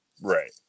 right